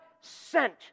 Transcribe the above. sent